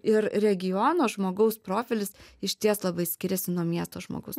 ir regiono žmogaus profilis išties labai skiriasi nuo miesto žmogus